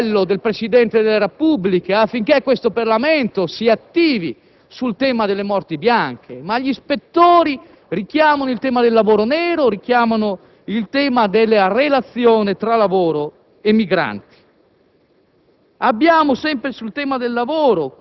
non solo si richiama all'appello del Presidente della Repubblica affinché questo Parlamento si attivi sul tema delle morti bianche, ma gli ispettori richiamano il tema del lavoro nero, richiamano il tema della relazione tra lavoro e migranti.